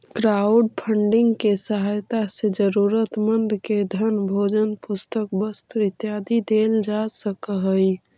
crowdfunding के सहायता से जरूरतमंद के धन भोजन पुस्तक वस्त्र इत्यादि देल जा सकऽ हई